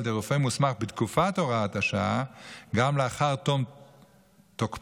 ידי רופא מוסמך בתקופת הוראת השעה גם לאחר תום תוקפה,